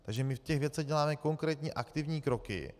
Takže my v těch věcech děláme konkrétní aktivní kroky.